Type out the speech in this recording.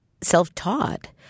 self-taught